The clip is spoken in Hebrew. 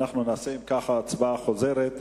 אם כך, אנחנו נצביע הצבעה חוזרת,